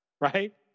right